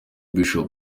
bishop